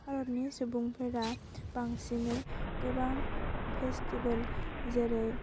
भारतनि सुबुंफोरा बांसिनै गोबां फेस्टिबेल जेरै